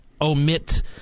omit